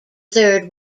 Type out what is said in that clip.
third